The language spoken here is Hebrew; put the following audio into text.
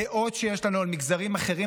דעות שיש לנו על מגזרים אחרים,